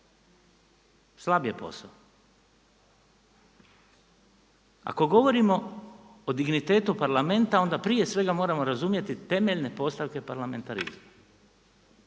slab je posao. Ako govorimo o dignitetu Parlamenta onda prije svega moramo razumjeti temeljne postavke parlamentarizma.